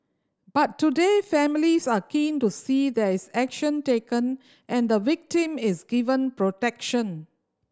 but today families are keen to see there is action taken and the victim is given protection